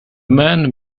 men